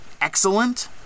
excellent